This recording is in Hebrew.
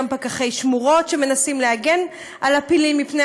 וגם פקחי שמורות שמנסים להגן על הפילים מפני